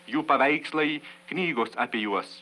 jų paveikslai knygos apie juos